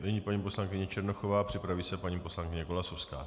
Nyní paní poslankyně Černochová, připraví se paní poslankyně Golasowská.